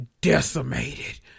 decimated